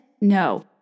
No